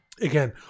Again